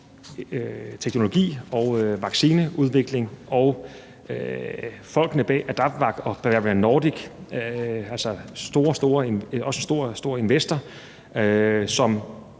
teknologi og vaccineudvikling og med folkene bag AdaptVac og Bavarian Nordic, altså store, store